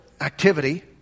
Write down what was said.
activity